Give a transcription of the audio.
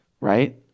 right